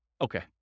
Okay